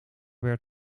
werd